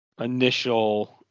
initial –